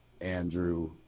Andrew